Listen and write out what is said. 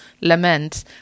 lament